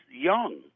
young